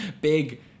Big